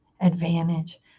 advantage